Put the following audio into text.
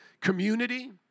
community